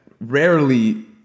rarely